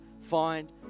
find